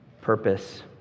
purpose